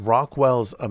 Rockwell's